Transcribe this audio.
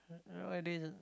nowadays uh